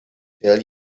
tell